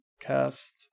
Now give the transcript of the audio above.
cast